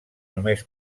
només